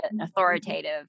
authoritative